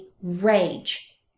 rage